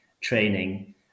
training